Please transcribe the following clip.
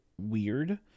weird